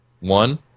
One